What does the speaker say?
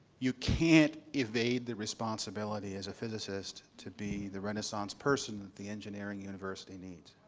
you can't evade the responsibility, as a physicist, to be the renaissance person that the engineering university needs.